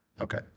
Okay